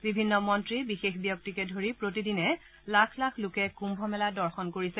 বিভিন্ন মন্ত্ৰী বিশেষ ব্যক্তিকে ধৰি প্ৰতিদিনে লাখ লাখ লোকে কুম্ভ মেলা দৰ্শন কৰিছে